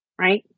Right